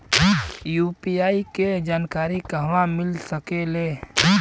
UPI के जानकारी कहवा मिल सकेले?